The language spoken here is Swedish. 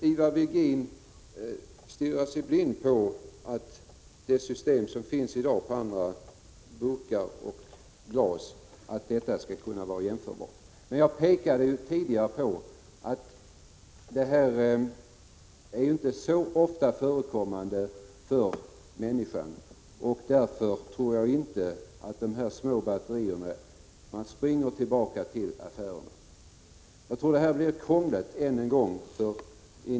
Ivar Virgin stirrar sig blind på att det system som används för burkar och glas skall kunna vara användbart för batterier. Jag framhöll tidigare att batteribyte inte förekommer så ofta, och därför tror jag inte att man springer tillbaka till affären med dessa små batterier.